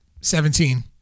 Seventeen